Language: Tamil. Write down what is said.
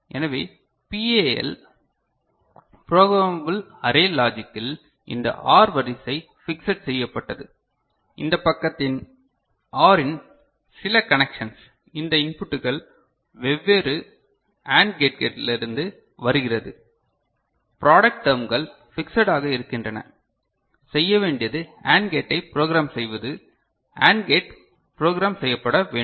எனவே பிஏஎல் ப்ரோக்ராமபல் அரே லாஜிக்கில் இந்த OR வரிசை ஃபிக்ஸட் செய்யப்பட்டது இந்த பக்கத்தின் OR ன் சில கனெக்ஷன்ஸ் இந்த இன்புட்டுகள் வெவ்வேறு AND கேட்களிலிருந்து வருகிறது ப்ராடக்ட் டர்ம்கள் ஃபிக்ஸடாக இருக்கின்றன செய்ய வேண்டியது AND கேட்டை ப்ரோக்ராம் செய்வது AND கேட் ப்ரோக்ராம் செய்யப்பட வேண்டும்